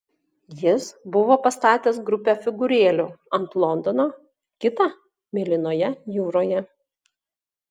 jis buvo pastatęs grupę figūrėlių ant londono kitą mėlynoje jūroje